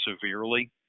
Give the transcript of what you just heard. severely